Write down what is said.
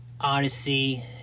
Odyssey